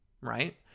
right